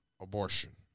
abortion